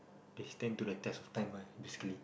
they stand to the test of time one basically